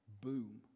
Boom